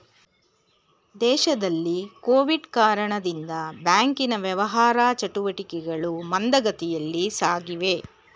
ದೇಶದಲ್ಲಿ ಕೊವಿಡ್ ಕಾರಣದಿಂದ ಬ್ಯಾಂಕಿನ ವ್ಯವಹಾರ ಚಟುಟಿಕೆಗಳು ಮಂದಗತಿಯಲ್ಲಿ ಸಾಗಿವೆ